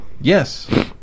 Yes